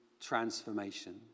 transformation